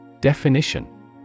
Definition